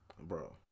Bro